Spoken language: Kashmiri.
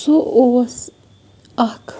سُہ اوس اَکھ